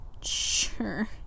sure